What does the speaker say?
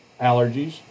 allergies